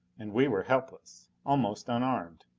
and we were helpless. almost unarmed.